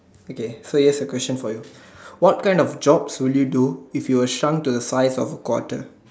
okay so here's a question for you what kind of jobs will you do if you are shrunk to the size of a quarter